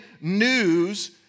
news